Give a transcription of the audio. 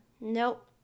Nope